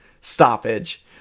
stoppage